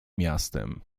miastem